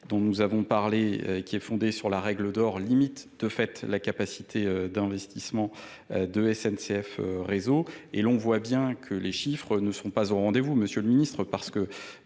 dont nous avons parlé qui est fondé sur la règle d'or limite de fait la capacité d'investissement de s n c f réseau et l'on voit bien que les chiffres ne sont pas au rendez vous monsieur le ministre parce que